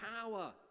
power